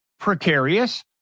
precarious